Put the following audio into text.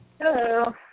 hello